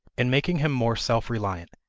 in making him more self-reliant,